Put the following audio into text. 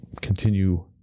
continue